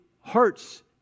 hearts